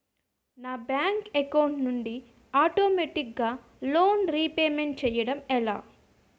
నా bank account నుండి ఆటోమేటిగ్గా లోన్ రీపేమెంట్ చేయడం ఎలా?